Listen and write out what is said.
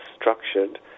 structured